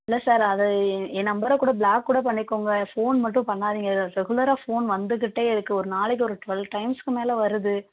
இல்லை சார் அதை என் நம்பரக்கூட ப்ளாக் கூட பண்ணிக்கோங்க ஃபோன் மட்டும் பண்ணாதிங்க ரெகுலராக ஃபோன் வந்துக்கிட்டே இருக்கு ஒரு நாளைக்கு ஒரு டுவெல் டைம்ஸ்க்கு மேலே வருது